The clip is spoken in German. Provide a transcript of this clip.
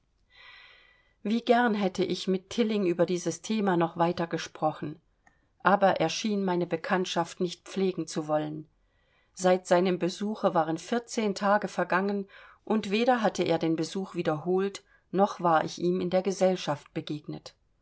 wie gern hätte ich mit tilling über dieses thema noch weiter gesprochen aber er schien meine bekanntschaft nicht pflegen zu wollen seit seinem besuche waren vierzehn tage vergangen und weder hatte er den besuch wiederholt noch war ich ihm in der gesellschaft begegnet